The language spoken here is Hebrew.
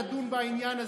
תדון בעניין הזה.